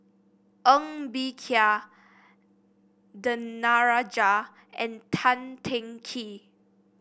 Ng Bee Kia Danaraj and Tan Teng Kee